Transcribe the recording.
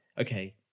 okay